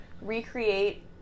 recreate